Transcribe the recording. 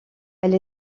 elle